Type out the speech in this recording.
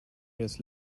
years